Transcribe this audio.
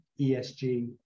ESG